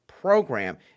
program